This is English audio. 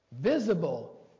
visible